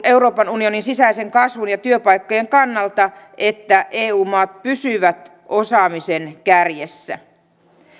euroopan unionin sisäisen kasvun ja työpaikkojen kannalta että eu maat pysyvät osaamisen kärjessä